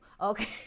okay